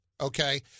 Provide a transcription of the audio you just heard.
okay